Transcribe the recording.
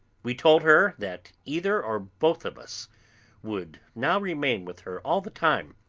we told her that either or both of us would now remain with her all the time,